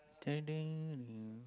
tiding um